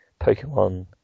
pokemon